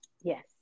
Yes